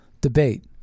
debate